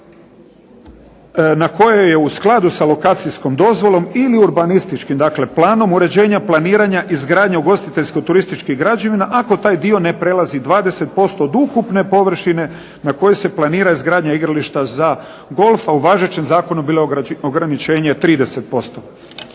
na kojoj je u skladu sa lokacijskom dozvolom ili urbanističkim dakle planom uređenja planiranja izgradnje ugostiteljsko-turističkih građevina, ako taj dio ne prelazi 20% od ukupne površine na kojoj se planira izgradnja igrališta za golf, a u važećem zakonu bilo je ograničenje 30%.